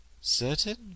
Certain